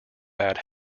bad